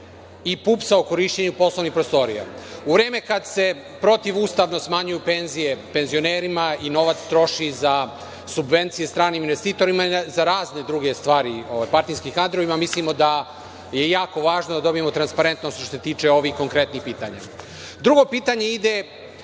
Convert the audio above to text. i PUPS o korišćenju poslovnih prostorija.U vreme kada se protivustavno smanjuju penzije penzionerima i novac troši za subvencije stranim investitorima, za razne druge stvari partijskim kadrovima, mislimo da je jako važno da dobijemo transparentnost što se tiče ovih konkretnih pitanja. Drugo pitanje ide